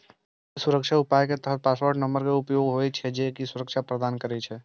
तें सुरक्षा उपाय के तहत पासवर्ड नंबर के उपयोग होइ छै, जे सुरक्षा प्रदान करै छै